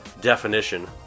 definition